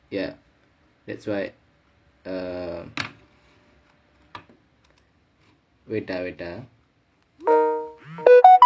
ya that's why err wait ah wait ah